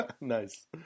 Nice